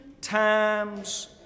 times